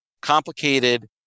complicated